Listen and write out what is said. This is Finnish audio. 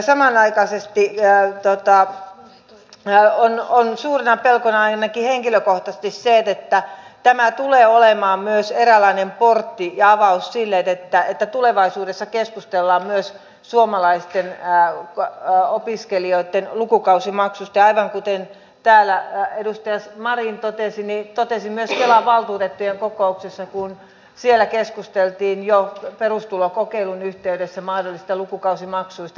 samanaikaisesti on suurena pelkona ainakin henkilökohtaisesti se että tämä tulee olemaan myös eräänlainen portti ja avaus siihen että tulevaisuudessa keskustellaan myös suomalaisten opiskelijoitten lukukausimaksusta aivan kuten täällä edustaja marin totesi ja totesin myös kelan valtuutettujen kokouksessa kun siellä keskusteltiin jo perustulokokeilun yhteydessä mahdollisista lukukausimaksuista suomalaisille opiskelijoille